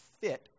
fit